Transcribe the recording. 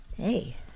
Hey